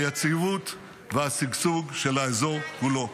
היציבות והשגשוג של האזור כולו.